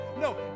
No